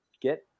get